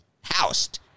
Housed